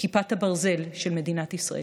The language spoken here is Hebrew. כיפת הברזל של מדינת ישראל.